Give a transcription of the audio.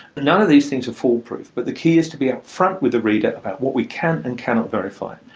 but none of these things are foolproof, but the key is to be upfront with the reader about what we can and cannot verify.